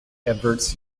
adverts